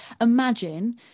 imagine